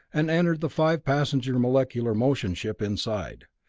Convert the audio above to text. and entered the five-passenger molecular motion ship inside.